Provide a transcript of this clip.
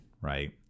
right